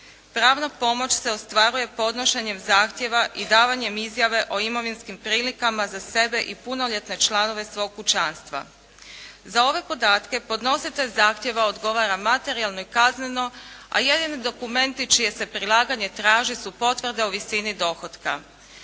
Pravna pomoć se ostvaruje podnošenjem zahtjeva i davanjem izjave o imovinskim prilikama za sebe i punoljetne članove svog kućanstva. Za ove podatke podnositelj zahtjeva odgovara materijalno i kazneno, a jedini dokumenti čije se prilaganje traže su potvrde o visini dohotka.